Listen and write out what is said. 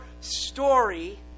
story